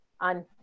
on